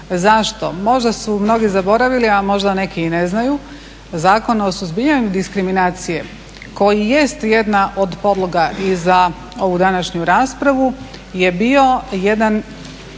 Zašto? Možda su mnogi zaboravili, a možda neki i ne znaju Zakon o suzbijanju diskriminacije koji jest jedna od podloga i za ovu današnju raspravu je bio jedan